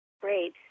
great